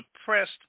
suppressed